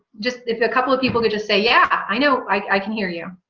just if a couple of people could just say yeah, i know i can hear you